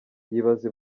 yibaza